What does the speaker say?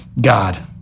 God